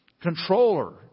controller